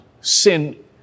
sin